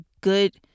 good